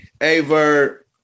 Aver